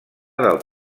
del